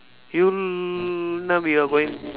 you now we are going